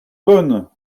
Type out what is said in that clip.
bonnes